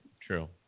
true